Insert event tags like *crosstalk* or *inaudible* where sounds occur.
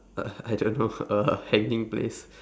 uh *laughs* I don't know a a hanging place